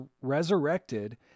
resurrected